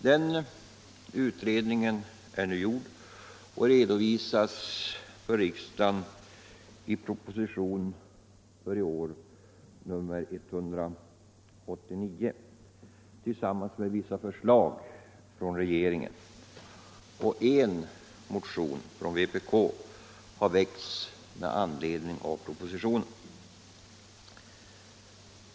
Den utredningen är nu gjord och redovisas för riksdagen i propositionen 1975/76:189 tillsammans med vissa förslag från regeringen. En motion från vpk har väckts med anledning av propositionen.